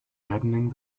deadening